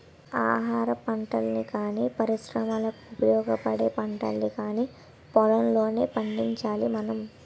ఆహారపంటల్ని గానీ, పరిశ్రమలకు ఉపయోగపడే పంటల్ని కానీ పొలంలోనే పండించాలి మనం